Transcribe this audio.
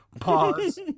Pause